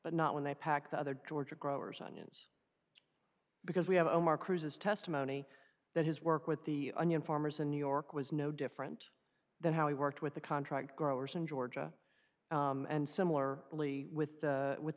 but not when they pack the other georgia growers onions because we have omar cruz's testimony that his work with the onion farmers in new york was no different than how he worked with the contract growers in georgia and similar only with the with